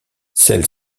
celle